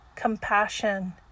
Compassion